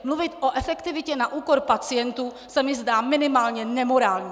Mluvit o efektivitě na úkor pacientů se mi zdá minimálně nemorální!